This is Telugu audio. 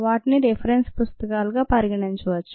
వాటిని రిఫరెన్స్ పుస్తకాలుగా పరిగణించవచ్చు